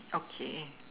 okay